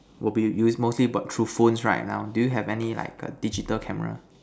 will be you with mostly but through phones right now do you have any like digital camera